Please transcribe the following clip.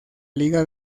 liga